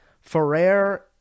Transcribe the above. ferrer